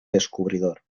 descubridor